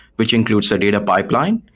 which includes the data pipeline,